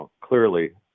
clearly